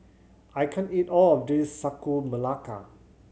I can't eat all of this Sagu Melaka